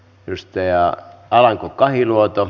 pystejä alanko kahiluoto